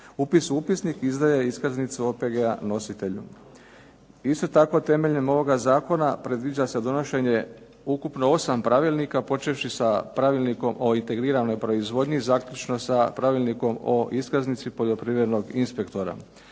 upis u upisnik i izdaje iskaznice OPG-a nositelju. Isto tako temeljem ovoga zakona predviđa se donošenje ukupno osam pravilnika počevši sa Pravilnikom o integriranoj proizvodnji zaključno sa Pravilnikom o iskaznici poljoprivrednog inspektora.